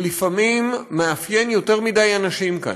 ויתור שלפעמים מאפיין יותר מדי אנשים כאן,